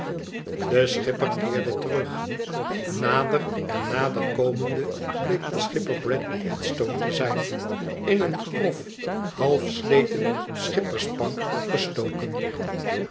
de schipper keerde terug nader en nader komende bleek de schipper bradley headstone te zijn in een grof halfsleten schipperspak gestoken